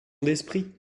d’esprit